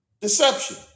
deception